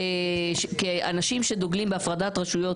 אומר שכאנשים שדוגלים בהפרדת רשויות,